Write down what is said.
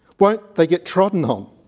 won't they get trodden um